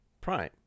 prime